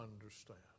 understand